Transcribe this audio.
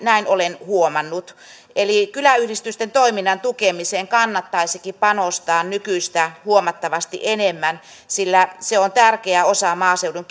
näin olen huomannut eli kyläyhdistysten toiminnan tukemiseen kannattaisikin panostaa huomattavasti nykyistä enemmän sillä se on tärkeä osa maaseudun